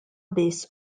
biss